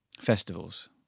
Festivals